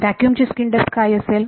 vacuum ची skin depth काय असेल